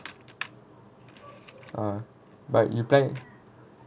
uh but you plan